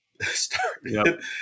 started